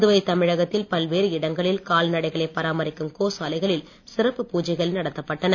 புதுவை தமிழகத்தில் பல்வேறு இடங்களில் கால்நடைகளை பாராமரிக்கும் கோசாலைகளில் சிறப்பு பூஜைகள் நடத்தப்பட்டன